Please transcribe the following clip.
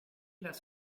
less